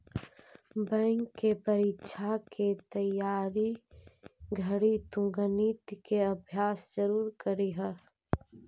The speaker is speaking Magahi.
बैंक के परीक्षा के तइयारी घड़ी तु गणित के अभ्यास जरूर करीह